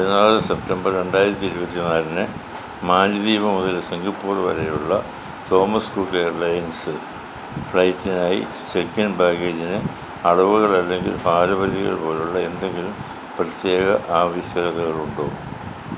പതിനാറ് സെപ്റ്റംബർ രണ്ടായിരത്തി ഇരുപത്തി നാലിന് മാലിദ്വീപ് മുതൽ സിംഗപ്പൂർ വരെയുള്ള തോമസ് കുക്ക് എയർലൈൻസ് ഫ്ലൈറ്റിനായി ചെക്ക്ഇൻ ബാഗേജിന് അളവുകൾ അല്ലെങ്കിൽ ഭാര പരിധികൾ പോലെയുള്ള എന്തെങ്കിലും പ്രത്യേക ആവശ്യകതകൾ ഉണ്ടോ